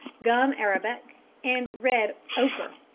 gum arabic and red ochre.